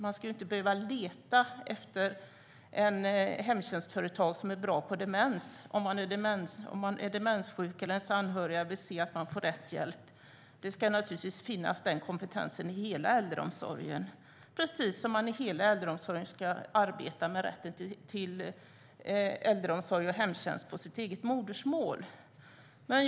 Man ska inte behöva leta efter ett hemtjänstföretag som är bra på demens om man är demenssjuk eller om ens anhöriga vill se att man får rätt hjälp. Den kompetensen ska naturligtvis finnas i hela äldreomsorgen precis som man ska arbeta med rätten till äldreomsorg och hemtjänst på sitt eget modersmål i hela äldreomsorgen.